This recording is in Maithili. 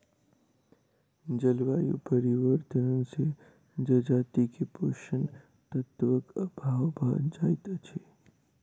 जलवायु परिवर्तन से जजाति के पोषक तत्वक अभाव भ जाइत अछि